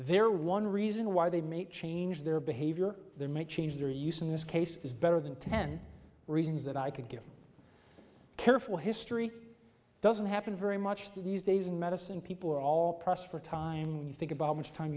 their one reason why they may change their behavior their make change their use in this case is better than ten reasons that i could give careful history doesn't happen very much these days in medicine people are all pressed for time when you think about how much time